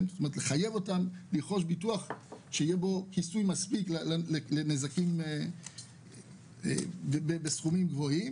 ( לחייב אותם לרכוש ביטוח שיהיה מספיק לכיסוי נזקים בסכומים גבוהים),